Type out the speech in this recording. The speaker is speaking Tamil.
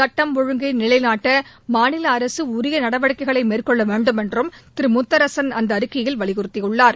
சுட்டம் ஒழுங்கை நிலைநாட்ட மாநில அரசு உரிய நடவடிக்கைகளை மேற்கொள்ள வேண்டுமென்றும் திரு முத்தரசன் அந்த அறிக்கையில் வலியுறுத்தியுள்ளார்